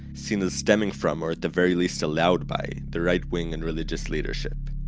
seen as stemming from, or at the very least allowed by, the right wing and religious leadership.